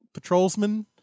patrolsman